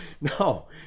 No